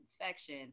infection